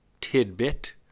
tidbit